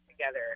together